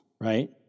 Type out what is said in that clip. right